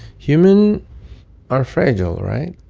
human are fragile, right?